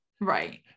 right